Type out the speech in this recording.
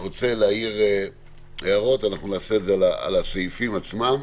על הסעיפים עצמם.